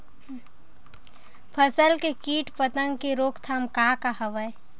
फसल के कीट पतंग के रोकथाम का का हवय?